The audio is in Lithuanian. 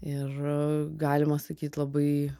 ir galima sakyt labai